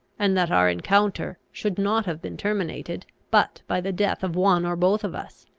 and that our encounter should not have been terminated but by the death of one or both of us.